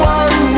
one